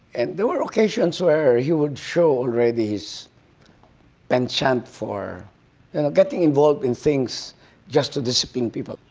and there were occasions where he would show already his penchant for getting involved in things just to discipline people.